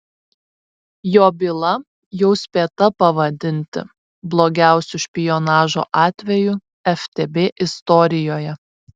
jo byla jau spėta pavadinti blogiausiu špionažo atveju ftb istorijoje